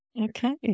Okay